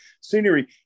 scenery